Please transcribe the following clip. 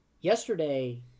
yesterday